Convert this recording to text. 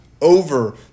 over